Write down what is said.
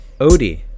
Odie